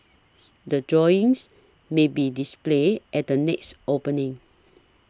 the drawings may be displayed at the next opening